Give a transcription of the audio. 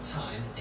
time